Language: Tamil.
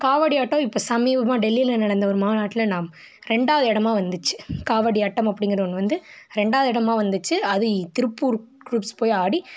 காவடி ஆட்டம் இப்போ சமீபமாக டெல்லியில் நடந்த ஒரு மாநாட்டில் நாம் ரெண்டாவது இடமா வந்துச்சு காவடி ஆட்டம் அப்படிங்கறது ஒன்று வந்து ரெண்டாவது இடமா வந்துச்சு அது திருப்பூர் குரூப்ஸ் போய் ஆடி